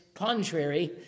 contrary